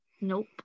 nope